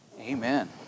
Amen